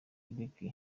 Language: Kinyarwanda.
eric